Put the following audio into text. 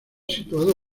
situada